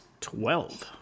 Twelve